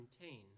contain